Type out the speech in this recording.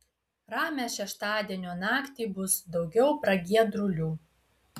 ramią šeštadienio naktį bus daugiau pragiedrulių